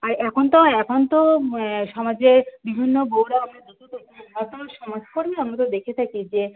আর এখন তো এখন তো সমাজে বিভিন্ন বউরা আমরা তো দেখে থাকি যে